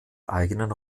eigenen